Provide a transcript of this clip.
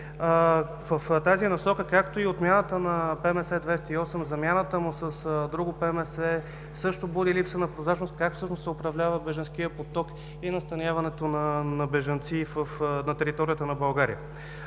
в тази насока, както и отмяната на ПМС 208, замяната му с друго ПМС също буди липса на прозрачност как всъщност се управлява от бежанския поток и настаняването на бежанци на територията на България.